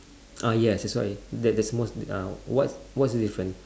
ah yes that's why that that's most uh what what's the difference